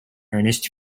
ernest